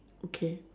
okay